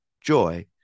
joy